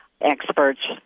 experts